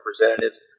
Representatives